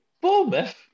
Bournemouth